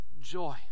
joy